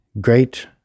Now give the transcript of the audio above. great